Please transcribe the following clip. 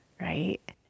right